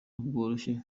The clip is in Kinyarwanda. bworoshye